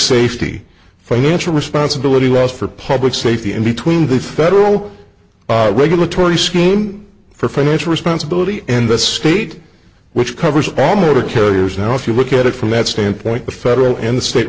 safety financial responsibility was for public safety and between the federal regulatory scheme for financial responsibility and the state which covers all motor carriers now if you look at it from that standpoint the federal and state